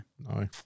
No